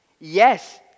Yes